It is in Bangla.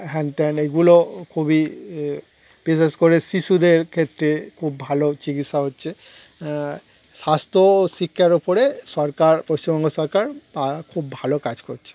হ্যান ত্যান এইগুলো খুবই বিশেষ করে শিশুদের ক্ষেত্রে খুব ভালো চিকিৎসা হচ্ছে স্বাস্থ্য ও শিক্ষার ওপরে সরকার পশ্চিমবঙ্গ সরকার ভা খুব ভালো কাজ করছে